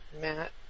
Matt